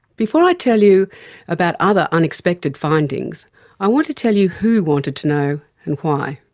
before i tell you about other unexpected findings i want to tell you who wanted to know and why.